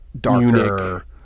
darker